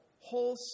whole